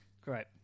Great